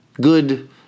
good